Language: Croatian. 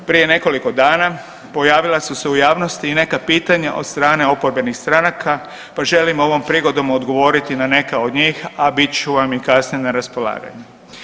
Prije nekoliko dana pojavila su se u javnosti i neka pitanja od strane oporbenih stranaka pa želim ovom prigodom odgovoriti na neka od njih, a bit ću vam i kasnije na raspolaganju.